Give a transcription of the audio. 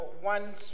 one